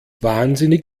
wahnsinnig